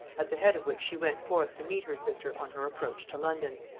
at the head of which she went forth to meet her sister on her approach to london.